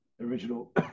original